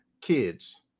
kids